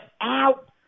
out